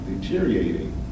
deteriorating